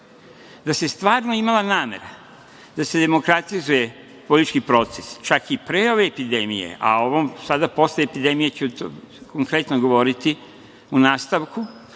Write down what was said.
se stvarno imala namera da se demokratizuje politički proces, čak i pre ove epidemije, a o ovom posle epidemije ću konkretno govoriti u nastavku,